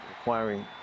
acquiring